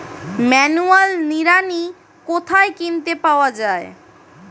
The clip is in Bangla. ম্যানুয়াল নিড়ানি কোথায় কিনতে পাওয়া যায়?